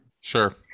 Sure